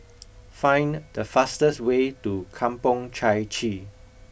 find the fastest way to Kampong Chai Chee